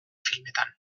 filmetan